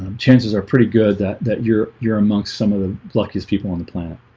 chances are pretty good that that you're you're amongst some of the luckiest people on the planet